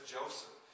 Joseph